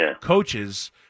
coaches